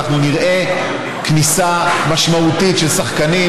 ואנחנו נראה כניסה משמעותית של שחקנים.